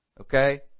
Okay